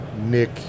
nick